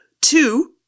Two